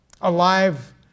alive